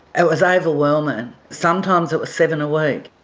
it was overwhelming, sometimes it was seven a week.